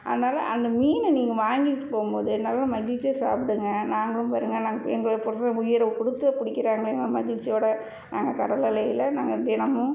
அதனால அந்த மீனை நீங்கள் வாங்கிட்டு போகும்போது நல்ல மகிழ்ச்சியா சாப்பிடுங்க நாங்களும் பாருங்கள் நாங்கள் எங்களோடய புருஷன் உயிரை கொடுத்து பிடிக்கிறாங்களேங்கிற மகிழ்ச்சியோட நாங்கள் கடல் அலையில் நாங்கள் தினமும்